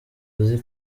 uzi